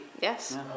Yes